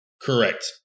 Correct